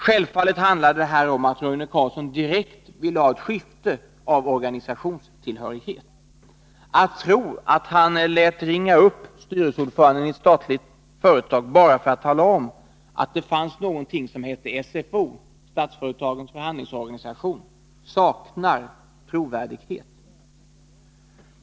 Självfallet handlade det här om att Roine Carlsson direkt ville ha ett skifte av organisationstillhörighet. Att han lät ringa upp styrelseordförandeni ett statligt företag bara för att tala om att det fanns något som hette SFO, Statsföretagens förhandlingsorganisation, saknar trovärdighet.